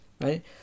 right